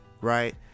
right